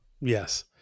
Yes